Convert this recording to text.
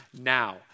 now